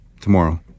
Tomorrow